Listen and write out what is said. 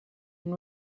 and